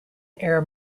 air